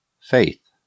FAITH